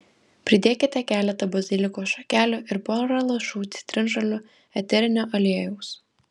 pridėkite keletą bazilikų šakelių ir pora lašų citrinžolių eterinio aliejaus